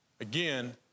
Again